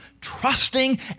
trusting